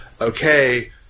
okay